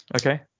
Okay